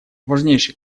важнейший